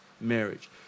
marriage